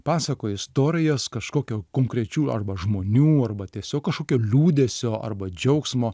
pasakoja istorijas kažkokio konkrečių arba žmonių arba tiesiog kažkokio liūdesio arba džiaugsmo